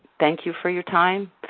thank you for your time.